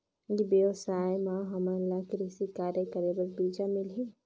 ई व्यवसाय म हामन ला कृषि कार्य करे बर बीजा मिलही?